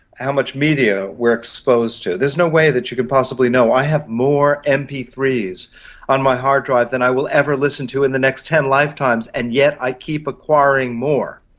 how much media we're exposed to. there's no way that you could possibly know. i have more m p three s on my hard drive than i will ever listen to in the next ten lifetimes, and yet i keep acquiring more,